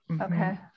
Okay